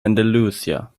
andalusia